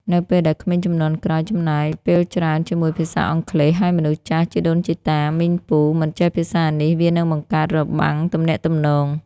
នៅពេលដែលក្មេងជំនាន់ក្រោយចំណាយពេលច្រើនជាមួយភាសាអង់គ្លេស ហើយមនុស្សចាស់ (ជីដូនជីតា មីង ពូ) មិនចេះភាសានេះ វានឹងបង្កើតរបាំងទំនាក់ទំនង។